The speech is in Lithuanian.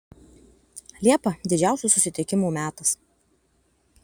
liepa didžiausių susitikimų metas